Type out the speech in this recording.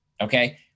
Okay